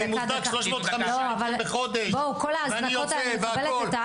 אני מופתע 350-400 קריאות בחודש ואני יוצא והכול